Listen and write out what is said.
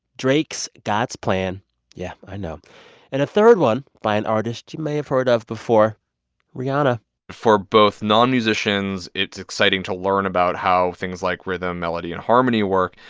drake's god's plan yeah, i know and a third one by an artist you may have heard of before rihanna for both non-musicians, it's exciting to learn about how things like rhythm, melody and harmony work.